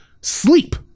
sleep